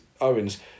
Owens